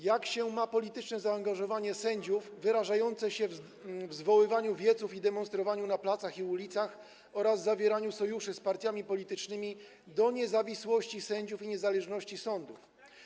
Jak się ma polityczne zaangażowanie sędziów, wyrażające się w zwoływaniu wieców i demonstrowaniu na placach i ulicach oraz zawieraniu sojuszy z partiami politycznymi, do niezawisłości sędziów i niezależności sądów?